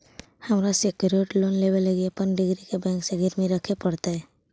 हमरा secured loan लेबे लागी अपन डिग्री बैंक के गिरवी रखे पड़तई